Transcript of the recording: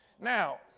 Now